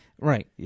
Right